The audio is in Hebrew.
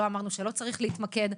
לא אמרנו שלא צריך להתמקד,